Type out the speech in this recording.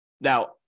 Now